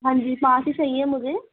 ہاں جی پانچ ہی چاہیے مجھے